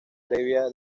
previa